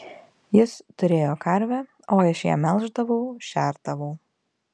jis turėjo karvę aš ją melždavau šerdavau